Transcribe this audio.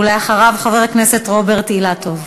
ואחריו, חבר הכנסת רוברט אילטוב.